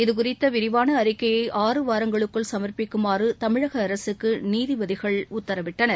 இது குறித்த விரிவான அறிக்கையை ஆறு வாரங்களுக்குள் சம்ப்பிக்குமாறு தமிழக அரசுக்கு நீதிபதிகள் உத்தரவிட்டனர்